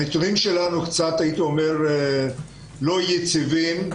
הנתונים שלנו קצת לא יציבים,